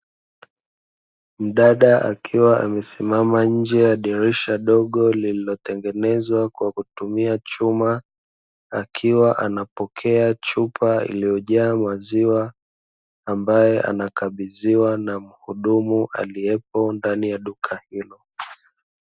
Mdada akiwa amesimama nje ya dirisha dogo lililotengenezwa kwa kutumia chuma, akiwa anapokea chupa iliyojaa maziwa ambayo anakabidhiwa na mhudumu aliyepo ndani ya duka hilo.